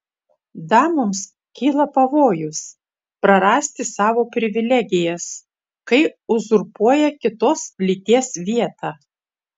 damoms kyla pavojus prarasti savo privilegijas kai uzurpuoja kitos lyties vietą